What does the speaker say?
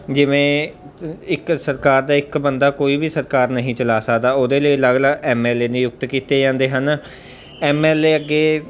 ਜਿਵੇਂ ਇੱਕ ਸਰਕਾਰ ਦਾ ਇੱਕ ਬੰਦਾ ਕੋਈ ਵੀ ਸਰਕਾਰ ਨਹੀਂ ਚਲਾ ਸਕਦਾ ਉਹਦੇ ਲਈ ਅਲੱਗ ਅਲੱਗ ਐਮ ਐਲ ਏ ਨਿਯੁਕਤ ਕੀਤੇ ਜਾਂਦੇ ਹਨ ਐਮ ਐਲ ਏ ਅੱਗੇ